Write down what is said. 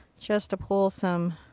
just to pull some.